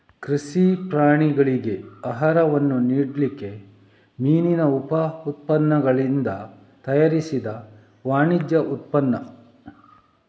ಕೃಷಿ ಪ್ರಾಣಿಗಳಿಗೆ ಆಹಾರವನ್ನ ನೀಡ್ಲಿಕ್ಕೆ ಮೀನಿನ ಉಪ ಉತ್ಪನ್ನಗಳಿಂದ ತಯಾರಿಸಿದ ವಾಣಿಜ್ಯ ಉತ್ಪನ್ನ